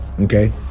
okay